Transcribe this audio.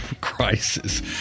crisis